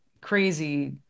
crazy